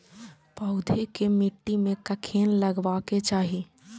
पौधा के मिट्टी में कखेन लगबाके चाहि?